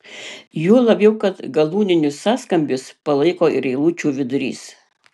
juo labiau kad galūninius sąskambius palaiko ir eilučių vidurys